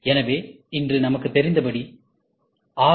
எனவே இன்று நமக்குத் தெரிந்தபடி ஆர்